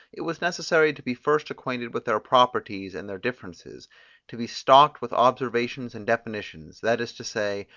it was necessary to be first acquainted with their properties, and their differences to be stocked with observations and definitions, that is to say,